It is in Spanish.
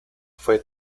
fue